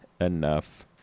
enough